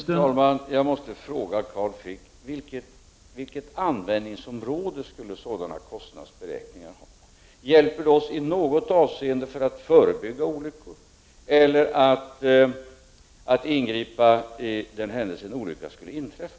Herr talman! Jag måste fråga Carl Frick: Vilket användningsområde skulle sådana kostnadsberäkningar ha? Hjälper de oss i något avseende för att förebygga olyckor eller för att ingripa för den händelse att en olycka skulle inträffa?